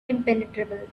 impenetrable